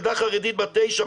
ילדה חרדית בת תשע,